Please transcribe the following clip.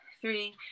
three